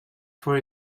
for